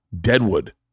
Deadwood